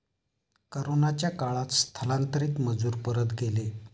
कोरोनाच्या काळात स्थलांतरित मजूर परत गेले